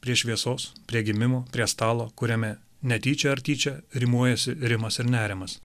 prie šviesos prie gimimo prie stalo kuriame netyčia ar tyčia rimuojasi rimas ir nerimas